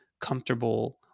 comfortable